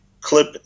clip